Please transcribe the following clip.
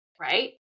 right